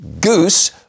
Goose